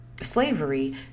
slavery